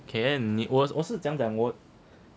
can 我我是怎样讲我